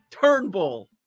Turnbull